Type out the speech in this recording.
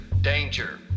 danger